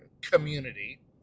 community